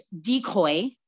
decoy